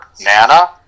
Nana